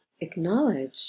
acknowledge